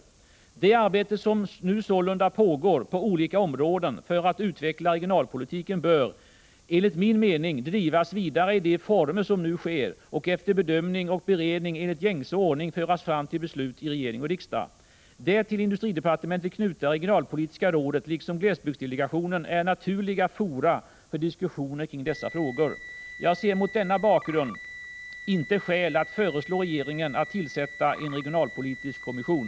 Det arbete som nu sålunda pågår på olika områden för att utveckla regionalpolitiken bör — enligt min mening — drivas vidare i de former som det nu sker och efter bedömning och beredning enligt gängse ordning föras fram till beslut i regering och riksdag. Det till industridepartementet knutna regionalpolitiska rådet liksom glesbygdsdelegationen är naturliga fora för diskussioner kring dessa frågor. Jag ser mot denna bakgrund inte skäl att föreslå regeringen att tillsätta en regionalpolitisk kommission.